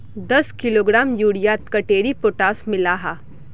दस किलोग्राम यूरियात कतेरी पोटास मिला हाँ?